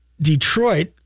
Detroit